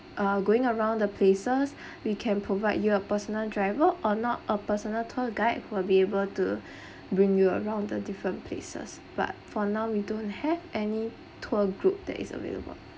uh going around the places we can provide you a personal driver or not a personal tour guide will be able to bring you around the different places but for now we don't have any tour group that is available